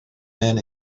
men